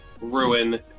ruin